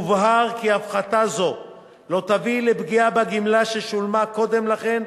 מובהר כי הפחתה זו לא תביא לפגיעה בגמלה ששולמה קודם לכן,